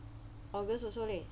august also leh